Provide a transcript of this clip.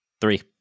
Three